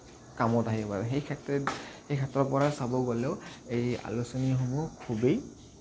কামত আহিব পাৰে সেই সেই ক্ষেত্ৰৰ পৰা চাব গ'লেও এই আলোচনীসমূহ খুবেই